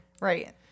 Right